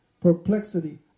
perplexity